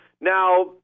Now –